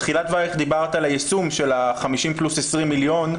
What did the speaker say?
בתחילת דברייך דיברת על היישום של ה-50 פלוס 20 מיליון,